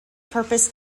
purpose